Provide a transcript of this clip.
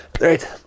Right